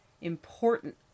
important